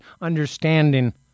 understanding